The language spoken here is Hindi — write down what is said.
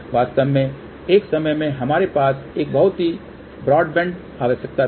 वास्तव में एक समय में हमारे पास एक बहुत ही ब्रॉडबैंड आवश्यकता थी